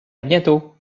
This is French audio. bientôt